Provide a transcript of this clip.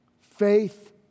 Faith